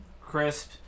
crisp